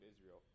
Israel